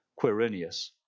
Quirinius